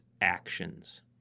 actions